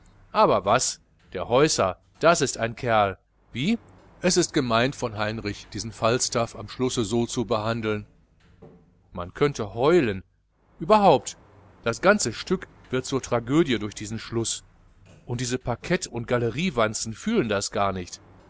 aber was der häusser das ist ein kerl wie es ist gemein von heinrich diesen falstaff am schlusse so zu behandeln man könnte heulen überhaupt das ganze stück wird zur tragödie durch diesen schluß und diese parkett und galleriewanzen fühlen das gar nicht